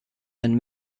and